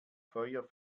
feuer